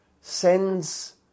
sends